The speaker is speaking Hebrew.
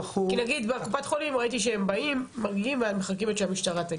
כי נגיד בקופת חולים ראיתי שהם באים מרגיעים ואז מחכים עד שהמשטרה תגיע.